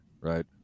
right